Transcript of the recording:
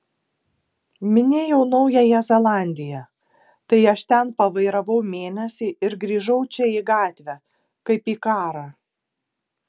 minėjau naująją zelandiją tai aš ten pavairavau mėnesį ir grįžau čia į gatvę kaip į karą